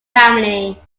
family